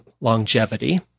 longevity